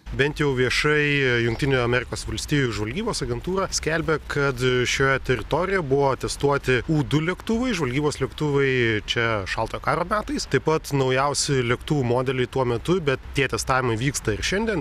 bent jau viešai jungtinių amerikos valstijų žvalgybos agentūra skelbia kad šioje teritorijoje buvo testuoti u du lėktuvai žvalgybos lėktuvai čia šaltojo karo metais taip pat naujausi lėktuvų modeliai tuo metu bet tie testavimai vyksta ir šiandien